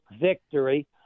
victory